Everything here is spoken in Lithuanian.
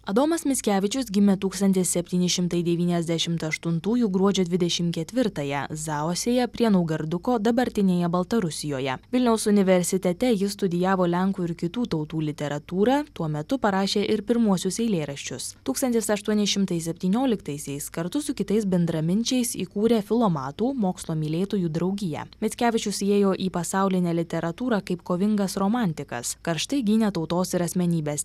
adomas mickevičius gimė tūkstantis septyni šimtai devyniasdešimt aštuntųjų gruodžio dvidešim ketvirtąją zaosėje prie naugarduko dabartinėje baltarusijoje vilniaus universitete jis studijavo lenkų ir kitų tautų literatūrą tuo metu parašė ir pirmuosius eilėraščius tūkstantis aštuoni šimtai septynioliktaisiais kartu su kitais bendraminčiais įkūrė filomatų mokslo mylėtojų draugiją mickevičius įėjo į pasaulinę literatūrą kaip kovingas romantikas karštai gynė tautos ir asmenybės